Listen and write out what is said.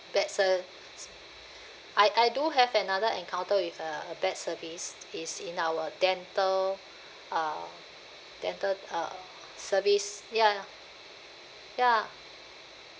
bad ser~ I I do have another encounter with uh bad service it's in our dental uh dental uh service ya ya